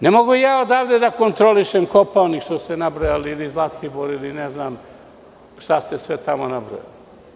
Ne mogu ja odavde da kontrolišem Kopaonik, što ste nabrojali, ili Zlatibor, ili znam šta ste sve tamo nabrojali.